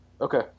Okay